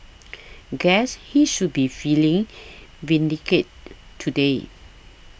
guess he should be feeling vindicate today